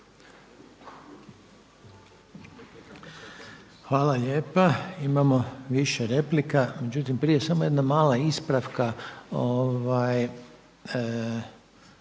Hvala lijepa. Imamo više replika. Međutim, prije samo jedna mala ispravka,